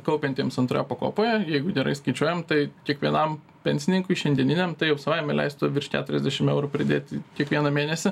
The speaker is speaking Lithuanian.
kaupiantiems antroje pakopoje jeigu gerai skaičiuojam tai kiekvienam pensininkui šiandieniniam tai jau savaime leistų virš keturiasdešim eurų pridėti kiekvieną mėnesį